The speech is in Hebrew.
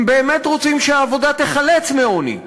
אם באמת רוצים שהעבודה תחלץ מהעוני,